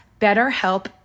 betterhelp